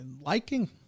liking